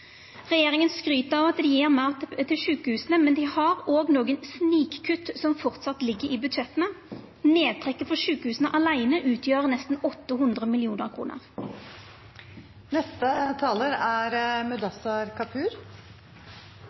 Regjeringa skryter av at dei gjev meir til sjukehusa, men dei har òg nokre snikkutt som framleis ligg i budsjetta. Nedtrekket for sjukehusa åleine utgjer nesten 800